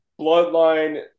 bloodline